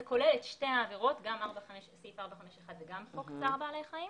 זה כולל את שתי העבירות: גם סעיף 451 וגם חוק צער בעלי חיים.